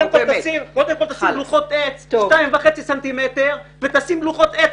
קודם כל תשים לוחות עץ של 2.5 סנטימטר ותשים לוחות עץ